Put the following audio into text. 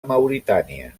mauritània